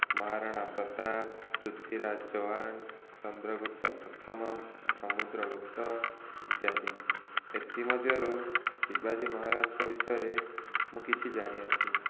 ମହାରଣା ପ୍ରତାପ ପୃଥ୍ୱୀରାଜ ଚୌହାନ ଚନ୍ଦ୍ରଗୁପ୍ତ ପ୍ରଥମ ସମୁଦ୍ରଗୁପ୍ତ ଇତ୍ୟାଦି ଏଥି ମଧ୍ୟରୁ ଶିବାଜୀ ମହାରାଜଙ୍କ ବିଷୟରେ ମୁଁ କିଛି ଜାଣି ଅଛି